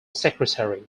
secretary